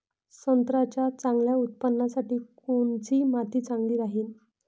संत्र्याच्या चांगल्या उत्पन्नासाठी कोनची माती चांगली राहिनं?